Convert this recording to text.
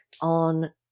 on